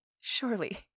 Surely